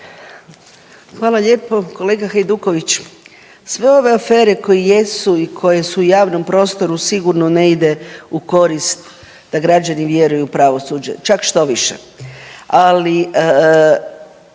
Hvala lijepo. Kolega Hajduković sve ove afere koje jesu i koje su u javnom prostoru sigurno ne ide u korist da građani vjeruju u pravosuđe, čak štoviše. Ali